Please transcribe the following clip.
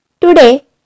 Today